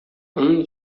onun